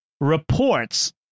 reports